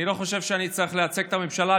אני לא חושב שאני צריך לייצג את הממשלה,